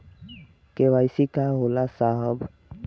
KYC का होला साहब?